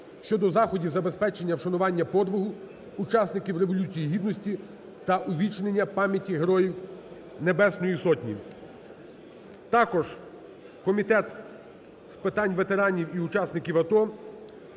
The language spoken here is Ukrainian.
щодо заходів забезпечення вшанування подвигу учасників Революції Гідності та увічнення пам'яті Героїв Небесної Сотні. Також Комітет з питань ветеранів і учасників АТО